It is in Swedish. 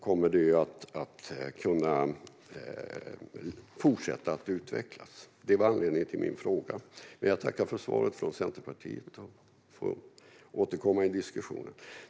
Kommer det att kunna fortsätta att utvecklas? Det var anledningen till min fråga. Jag tackar för svaret från Centerpartiet. Vi får återkomma till det i diskussionen.